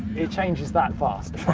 it changes that fast.